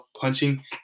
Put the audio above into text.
punching